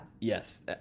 Yes